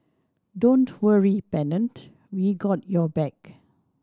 don't worry Pennant we got your back